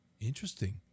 Interesting